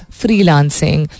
freelancing